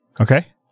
Okay